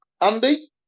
Andy